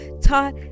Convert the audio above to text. taught